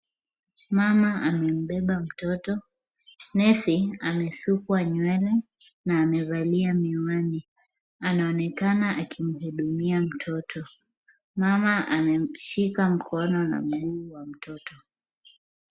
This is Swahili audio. Mama amembeba mtoto. Nesi amesukwa nywele na amevalia miwani. Anaonekana akimhudumia mtoto. Mama amemshika mkono na mguu wa mtoto.